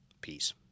Peace